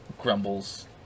grumbles